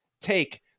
Take